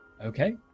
Okay